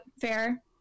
fair